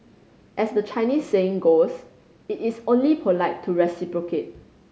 as the Chinese saying goes it is only polite to reciprocate